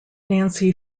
nancy